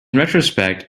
retrospect